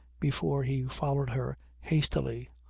before he followed her hastily.